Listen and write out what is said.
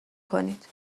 کنید